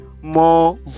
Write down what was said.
more